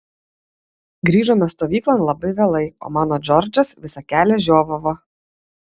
grįžome stovyklon labai vėlai o mano džordžas visą kelią žiovavo